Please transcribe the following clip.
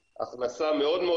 הכנסה מאוד מאוד